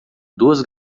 duas